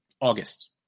August